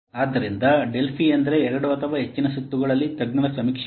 ಆದ್ದರಿಂದ ಡೆಲ್ಫಿ ಎಂದರೆ ಎರಡು ಅಥವಾ ಹೆಚ್ಚಿನ ಸುತ್ತುಗಳಲ್ಲಿ ತಜ್ಞರ ಸಮೀಕ್ಷೆಯಾಗಿದೆ